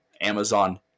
Amazon